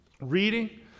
reading